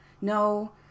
no